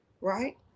right